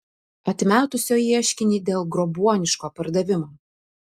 atmetusio ieškinį dėl grobuoniško pardavimo